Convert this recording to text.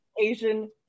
Asian